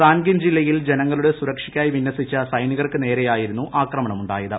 Sangin ജില്ലയിൽ ജനങ്ങളുടെ സുരക്ഷയ്ക്കായി വിന്യസിച്ചു സൈനികർക്കു നേരെയായിരുന്നു ആക്രമണമുണ്ടായത്